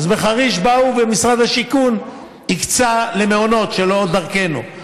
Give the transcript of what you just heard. בחריש באו ומשרד השיכון הקצה למעונות שלא דרכנו,